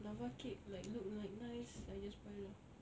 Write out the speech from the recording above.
lava cake like look like nice I just buy lah